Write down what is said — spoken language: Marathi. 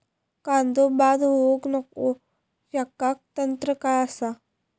कांदो बाद होऊक नको ह्याका तंत्र काय असा?